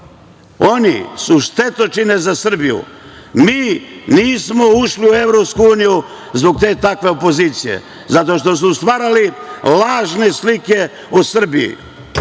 Oni su štetočine za Srbiju. Mi nismo ušli u EU zbog te takve opozicije. Zato što su stvarali lažne slike o Srbiji,